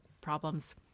problems